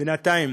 בינתיים